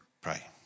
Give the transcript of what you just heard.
pray